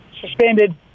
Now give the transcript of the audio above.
suspended